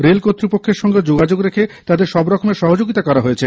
rail কর্তৃপক্ষের সঙ্গেও যোগযোগ রেখে তাদের সবরকমের সহযোগিতা করা হচ্ছে